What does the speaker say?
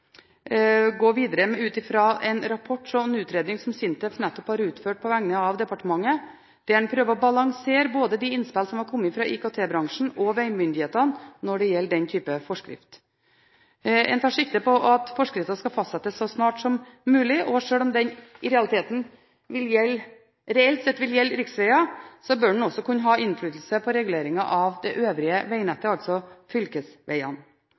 gå ut fra en utredning som SINTEF nettopp har utført på vegne av departementet, der en prøver å balansere de innspill som har kommet fra både IKT-bransjen og vegmyndighetene om den type forskrift. En tar sikte på at forskriften skal fastsettes så snart som mulig. Sjøl om den reelt sett vil gjelde riksveger, bør den også kunne ha innflytelse på reguleringen av det øvrige